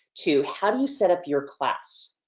to how do you set up your class?